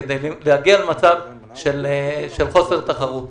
כדי להגיע למצב של חוסר תחרות.